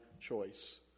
choice